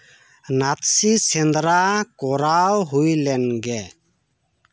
ᱱᱟᱛᱥᱤ ᱥᱮᱸᱫᱽᱨᱟ ᱠᱚᱨᱟᱣ ᱦᱩᱭ ᱞᱮᱱᱜᱮ